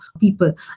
people